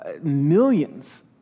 millions